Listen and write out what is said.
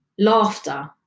laughter